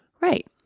right